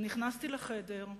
נכנסתי לחדר,